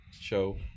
show